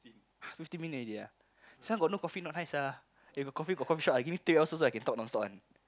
fifteen minute already ah this one got no coffee not nice ah if got coffee confirm shiok ah if give me three hours also I can talk non stop one